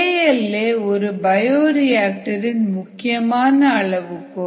KL a ஒரு bioreactor இன் முக்கியமான அளவுகோல்